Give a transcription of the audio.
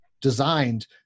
designed